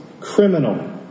criminal